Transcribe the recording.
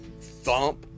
Thump